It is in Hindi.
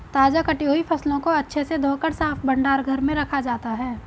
ताजा कटी हुई फसलों को अच्छे से धोकर साफ भंडार घर में रखा जाता है